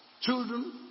children